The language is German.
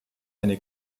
eine